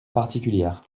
particulière